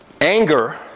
Anger